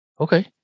Okay